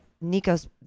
Nico's